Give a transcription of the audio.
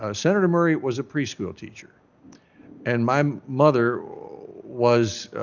ah senator murray was a preschool teacher and my um mother was,